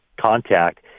contact